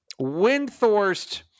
Windthorst